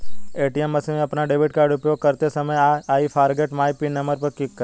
ATM machine में अपना debit card उपयोग करते समय I forget my PIN number पर क्लिक करें